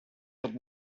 had